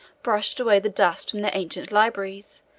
brushed away the dust from their ancient libraries,